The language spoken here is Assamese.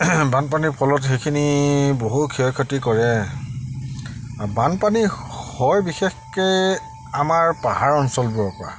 বানপানীৰ ফলত সেইখিনি বহু ক্ষয় ক্ষতি কৰে বানপানী হয় বিশেষকৈ আমাৰ পাহাৰ অঞ্চলবোৰৰ পৰা